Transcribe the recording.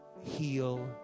heal